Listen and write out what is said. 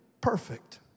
perfect